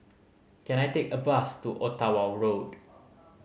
can I take a bus to Ottawa Road